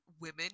women